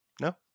No